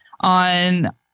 on